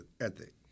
ethic